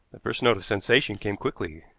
the first note of sensation came quickly.